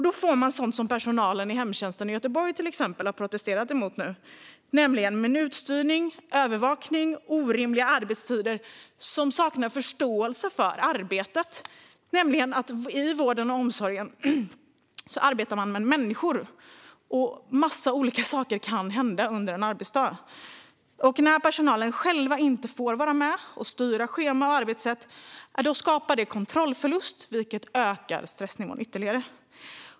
Då får man sådant som personalen i till exempel hemtjänsten i Göteborg nu har protesterat mot: minutstyrning, övervakning och orimliga arbetstider utan förståelse för att man i vården och omsorgen arbetar med människor. En massa olika saker kan hända under en arbetsdag. När personalen inte får vara med och styra över schema och arbetssätt skapar det kontrollförlust, vilket ökar stressnivån ytterligare.